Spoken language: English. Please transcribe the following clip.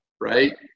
Right